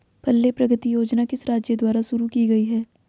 पल्ले प्रगति योजना किस राज्य द्वारा शुरू की गई है?